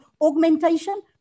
augmentation